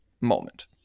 moment